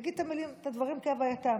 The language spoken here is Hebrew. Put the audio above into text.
נגיד את הדברים כהווייתם.